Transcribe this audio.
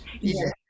Yes